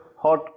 hot